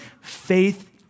Faith